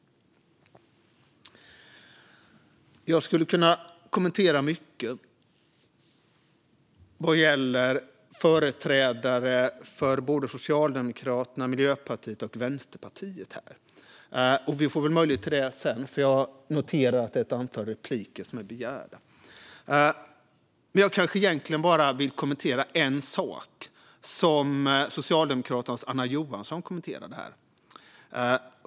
Jag skulle kunna kommentera mycket som sagts här av företrädare för Socialdemokraterna, Miljöpartiet och Vänsterpartiet. Vi får väl möjlighet att debattera sedan, för jag noterar att ett antal repliker är begärda. Jag vill egentligen bara kommentera en sak som Socialdemokraternas Anna Johansson sa.